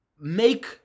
make